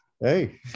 Hey